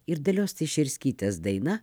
ir dalios teišerskytės daina